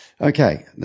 Okay